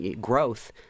growth